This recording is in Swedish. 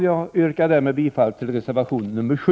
Jag yrkar därmed bifall till reservation 7.